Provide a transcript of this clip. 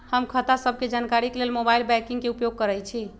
हम खता सभके जानकारी के लेल मोबाइल बैंकिंग के उपयोग करइछी